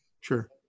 Sure